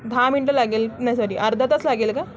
दहा मिनटं लागेल नाही सॉरी अर्धा तास लागेल का